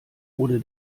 wurde